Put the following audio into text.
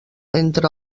entre